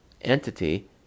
entity